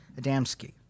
Adamski